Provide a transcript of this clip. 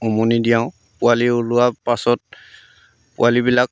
উমনি দিয়াওঁ পোৱালি ওলোৱাৰ পাছত পোৱালিবিলাক